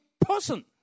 person